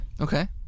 Okay